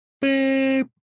beep